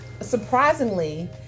surprisingly